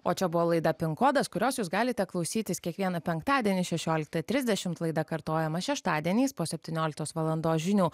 o čia buvo laida pin kodas kurios jūs galite klausytis kiekvieną penktadienį šešiolika trisdešim laida kartojama šeštadieniais po septynioliktos valandos žinių